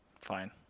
Fine